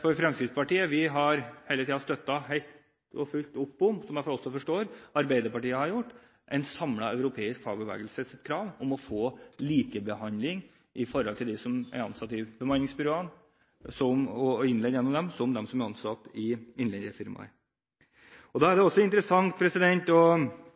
for Fremskrittspartiet har hele tiden støttet helt og fullt opp om, og som jeg forstår Arbeiderpartiet har gjort, en samlet europeisk fagbevegelses krav om å få likebehandling mellom dem som er ansatt i bemanningsbyråene, de som er innleid gjennom dem, og dem som er ansatt i innleiefirmaer. Da er det også interessant å